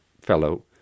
fellow